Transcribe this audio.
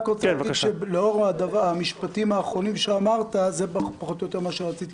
לאור המשפטים האחרונים שאמרת זה פחות או יותר מה שרציתי